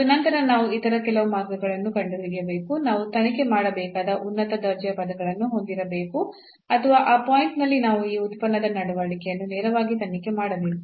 ಮತ್ತು ನಾವು ಇತರ ಕೆಲವು ಮಾರ್ಗಗಳನ್ನು ಕಂಡುಹಿಡಿಯಬೇಕು ನಾವು ತನಿಖೆ ಮಾಡಬೇಕಾದ ಉನ್ನತ ದರ್ಜೆಯ ಪದಗಳನ್ನು ಹೊಂದಿರಬೇಕು ಅಥವಾ ಆ ಪಾಯಿಂಟ್ ನಲ್ಲಿ ನಾವು ಈ ಉತ್ಪನ್ನದ ನಡವಳಿಕೆಯನ್ನು ನೇರವಾಗಿ ತನಿಖೆ ಮಾಡಬೇಕು